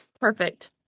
Perfect